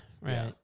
right